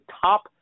top